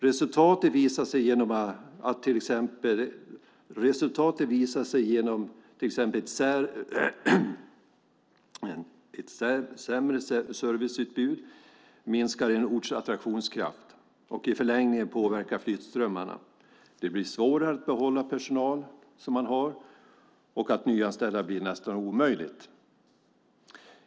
Resultatet visar sig genom att till exempel ett sämre serviceutbud minskar en orts attraktionskraft och i förlängningen påverkar flyttströmmarna. Det blir svårare att behålla personal som man har och att nyanställa blir nästan omöjligt.